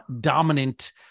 dominant